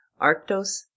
arctos